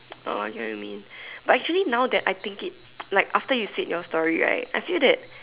oh I get what you mean but actually now that I think it like after you said your story right I feel that